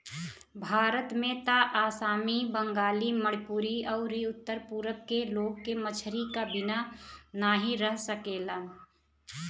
भारत में त आसामी, बंगाली, मणिपुरी अउरी उत्तर पूरब के लोग के मछरी क बिना नाही रह सकेलन